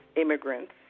immigrants